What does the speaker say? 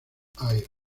air